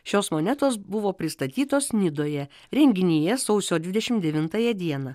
šios monetos buvo pristatytos nidoje renginyje sausio dvidešimt devintąją dieną